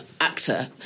actor